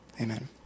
amen